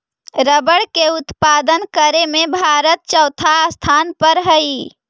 rubber के उत्पादन करे में भारत चौथा स्थान पर हई